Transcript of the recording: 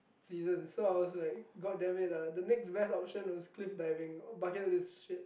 season so I was like god damn it lah the next best option was cliff diving but here was shit